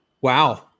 Wow